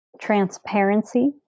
transparency